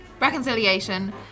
reconciliation